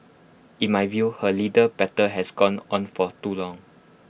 in my view her legal battle has gone on for too long